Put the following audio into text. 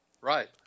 Right